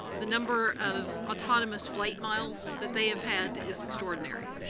the number of autonomous flight miles that they have had is extraordinary.